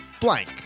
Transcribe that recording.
blank